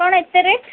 କ'ଣ ଏତେ ରେଟ୍